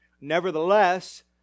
nevertheless